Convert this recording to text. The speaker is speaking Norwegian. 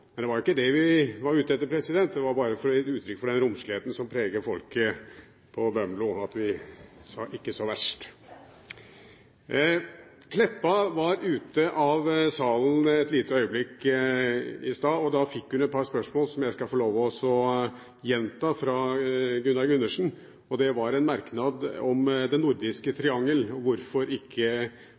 Men det var ikke det vi var ute etter. Det var bare for å gi uttrykk for den romsligheten som preger folket på Bømlo at vi sa «ikke så verst». Statsråd Meltveit Kleppa var ute av salen et lite øyeblikk i stad, og da fikk hun et par spørsmål fra Gunnar Gundersen som jeg skal få lov å gjenta. Det var en merknad om det nordiske triangel, om hvorfor man ikke